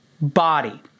body